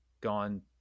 gone